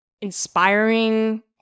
inspiring